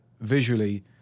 visually